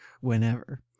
whenever